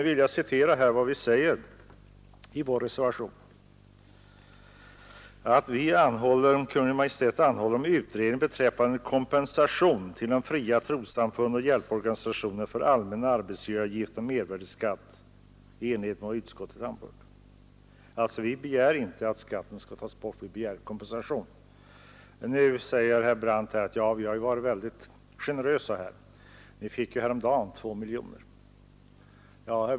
I vår reservation vill vi att riksdagen skall hos Kungl. Maj:t anhålla om utredning beträffande kompensation till fria trossamfund och hjälporganisationer för allmän arbetsgivaravgift och mervärdeskatt. Vi begär inte att skatten tas bort, utan vi begär kompensation. Nu sade herr Brandt att staten har varit väldigt generös. Samfunden fick ju häromdagen 2 miljoner.